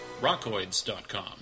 rockoids.com